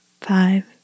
five